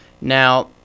Now